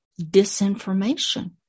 disinformation